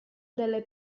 delle